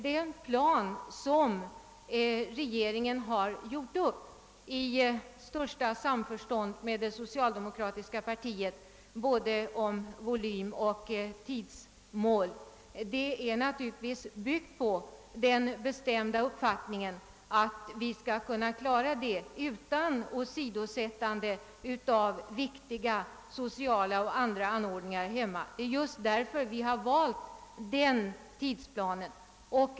Den plan, som regeringen har gjort upp i största samförstånd med det socialdemokratiska partiet i fråga om både volym och tidsmål, är naturligtvis byggd på den bestämda uppfattningen, att vi skall kunna klara den utan åsidosättande av viktiga sociala och andra anordningar här hemma. Det är just därför vi har valt denna tidsplan.